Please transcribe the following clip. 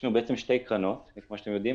יש לנו שתי קרנות, כמו שאתם יודעים.